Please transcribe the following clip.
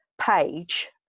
page